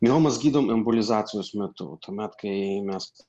miomas gydom embolizacijos metu tuomet kai mes